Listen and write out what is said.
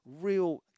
real